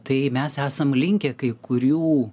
tai mes esam linkę kai kurių